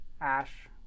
ash